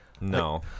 No